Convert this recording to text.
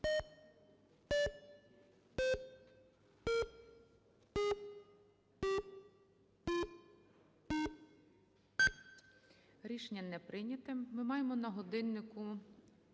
Рішення не прийнято. Ми маємо на годиннику